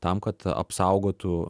tam kad apsaugotų